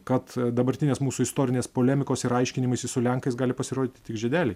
kad dabartinės mūsų istorinės polemikos ir aiškinimaisi su lenkais gali pasirodyti tik žiedeliai